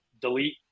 delete